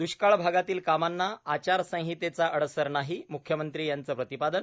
द्ष्काळ भागातील कामांना आचार संहितेचा अडसर नाही म्ख्यमंत्री यांचं प्रतिपादन